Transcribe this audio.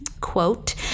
quote